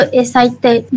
excited